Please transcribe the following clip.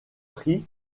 prix